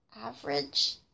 average